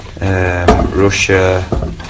Russia